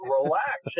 relax